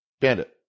Bandit